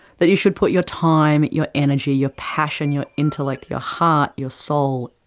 that you should put your time, your energy, your passion, your intellect, your heart, your soul,